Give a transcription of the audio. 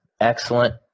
excellent